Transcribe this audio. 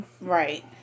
Right